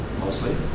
mostly